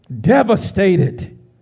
Devastated